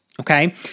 Okay